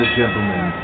gentlemen